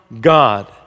God